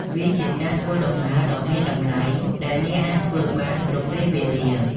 វាជាការធ្វើដំណើរដ៏មានតម្លៃដែលអ្នកអាចធ្វើបានគ្រប់ពេលវេលា។